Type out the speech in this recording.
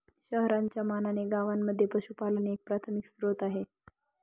शहरांच्या मानाने गावांमध्ये पशुपालन एक प्राथमिक स्त्रोत आहे